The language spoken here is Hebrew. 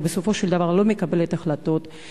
ובסופו של דבר לא מקבלת החלטות,